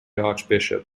archbishop